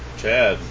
Chad